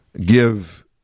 give